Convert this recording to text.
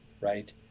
right